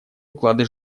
уклады